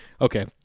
okay